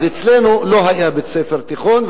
אצלנו לא היה בית-ספר תיכון,